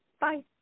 Bye